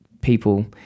people